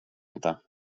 inte